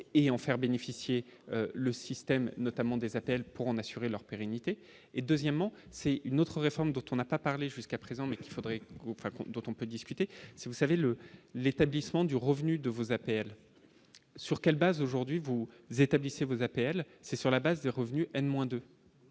et en faire bénéficier le système notamment des appels pour en assurer leur pérennité et deuxièmement, c'est une autre réforme dont on n'a pas parlé jusqu'à présent, mais il faudrait donc raconte dont on peut discuter si vous savez le l'établissement du revenu de vos appels sur quelle base aujourd'hui vous établissez vos APL, c'est sur la base des revenus est